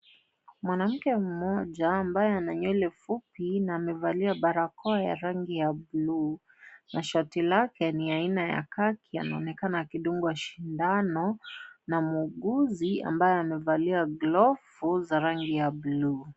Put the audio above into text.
Mwanamke mmoja ambaye ana nywele fupi na amevalia barakoa ya rangi ya bluu na shati lake ni aina ya khaki anaonekana akidungwa sindano na muuguzi ambaye amevalia glavu za rangi ya bluu.